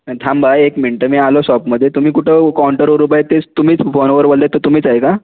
नाही थांबा एक मिनटं मी आलो शॉपमध्ये तुम्ही कुठं उ काउंटरवर उभं आहे तेच तुम्हीच फोनवर बोलले ते तुम्हीच आहे का